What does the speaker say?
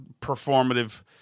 performative